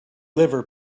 liver